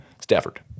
Stafford